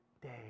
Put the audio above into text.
day